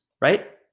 right